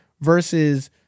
Versus